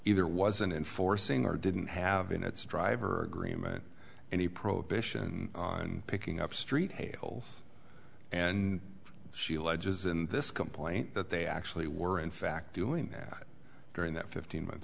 either wasn't enforcing or didn't have in its driver agreement any prohibition on picking up street hales and she alleges in this complaint that they actually were in fact doing that during that fifteen month